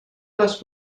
les